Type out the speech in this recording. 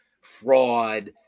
fraud